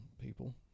people